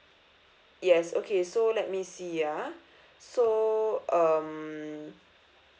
yes okay so let me see ah so um